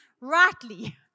rightly